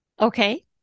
Okay